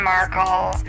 Markle